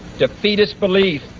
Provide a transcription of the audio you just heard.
defeatist belief.